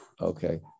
Okay